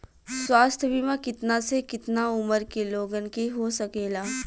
स्वास्थ्य बीमा कितना से कितना उमर के लोगन के हो सकेला?